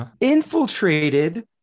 infiltrated